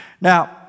Now